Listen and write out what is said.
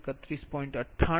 98 31